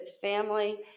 family